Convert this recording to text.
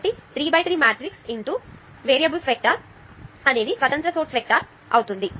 కాబట్టి 3x3 matrix × variable vector స్వతంత్ర source vector అవుతుంది